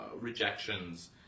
rejections